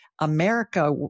America